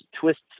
twists